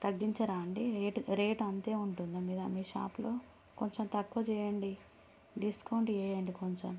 తగ్గించరా అండీ rate rate అంతే ఉంటుందా మీ దా మీ షాప్లో కొంచెం తక్కువ చేయండి డిస్కౌంట్ ఇవ్వండి కొంచెం